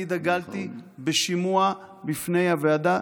אני דגלתי בשימוע בפני הוועדה,